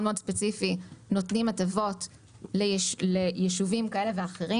ספציפי נותנים הטבות ליישובים כאלה ואחרים,